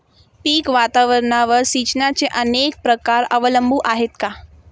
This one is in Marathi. पीक वातावरणावर सिंचनाचे अनेक प्रकार अवलंबून आहेत का?